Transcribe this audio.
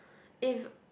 if